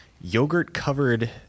yogurt-covered